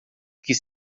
que